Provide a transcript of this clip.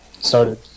started